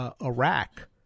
Iraq